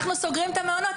אנחנו סוגרים את המעונות,